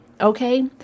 Okay